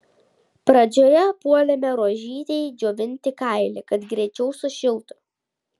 pradžioje puolėme rožytei džiovinti kailį kad greičiau sušiltų